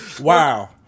Wow